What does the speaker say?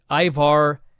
Ivar